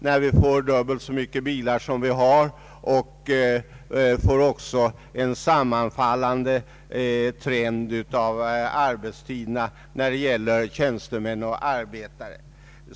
När vi får dubbelt så många bilar som nu, räcker vägarna inte till, speciellt när vi får en sammanfallande trend i arbetstiderna för tjänstemän och arbetare.